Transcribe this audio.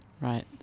Right